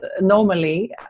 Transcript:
normally